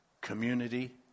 community